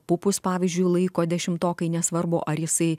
pupus pavyzdžiui laiko dešimtokai nesvarbu ar jisai